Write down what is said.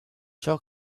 ciò